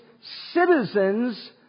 citizens